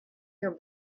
your